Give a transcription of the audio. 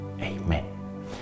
Amen